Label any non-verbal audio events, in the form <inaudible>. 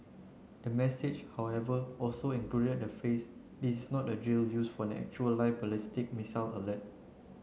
the message however also <unintelligible> the phrase is not a drill use for an actual live ballistic missile <unintelligible>